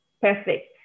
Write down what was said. perfect